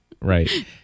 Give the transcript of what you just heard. Right